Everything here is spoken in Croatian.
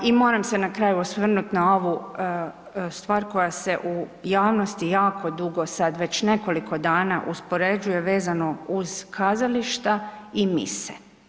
I moram se na kraju osvrnuti na ovu stvar koja se u javnosti jako dugo sad već nekoliko dana uspoređuje vezano uz kazališta i mise.